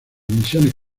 misiones